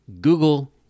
Google